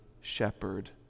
shepherd